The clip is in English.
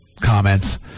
comments